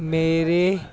ਮੇਰੇ